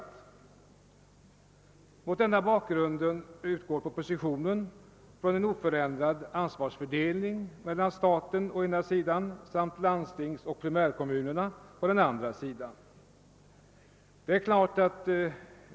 Mot denna bakgrund utgår propositionen från en oförändrad ansvarsfördelning mellan staten å ena sidan samt landstingsoch primärkommuner å andra sidan.